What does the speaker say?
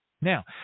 Now